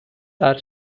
are